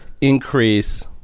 increase